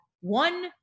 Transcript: one